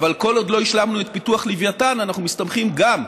אבל כל עוד לא השלמנו את פיתוח לווייתן אנחנו מסתמכים גם,